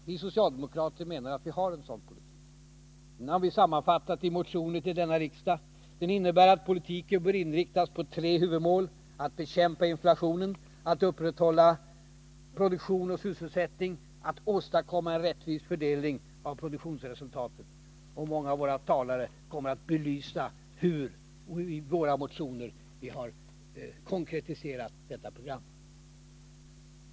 Vi socialdemokrater menar att vi har en sådan politik. Den har vi sammanfattat i motioner till denna riksdag. Förslagen innebär att politiken bör inriktas på tre huvudmål: att bekämpa inflationen, att upprätthålla produktion och sysselsättning och att åstadkomma en rättvis fördelning av produktionsresultatet. Många av våra talare kommer att belysa hur vi i våra motioner har konkretiserat detta program.